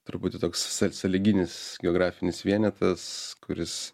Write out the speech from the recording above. truputį toks sąlyginis geografinis vienetas kuris